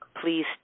Please